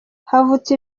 havutse